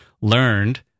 learned